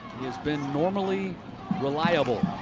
he has been normally reliable.